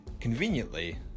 conveniently